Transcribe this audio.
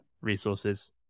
resources